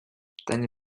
deine